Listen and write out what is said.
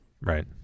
right